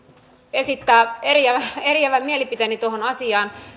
esittää eriävän eriävän mielipiteeni tuohon asiaan